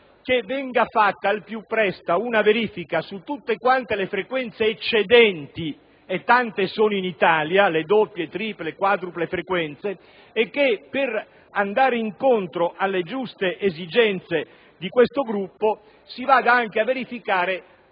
che venga fatta al più presto una verifica su tutte le frequenze eccedenti - e tante sono in Italia le doppie, triple e quadruple frequenze - e per andare incontro alle giuste esigenze di quel gruppo si effettui una verifica